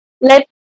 let